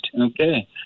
okay